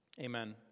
Amen